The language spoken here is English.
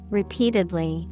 repeatedly